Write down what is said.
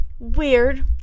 weird